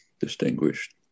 distinguished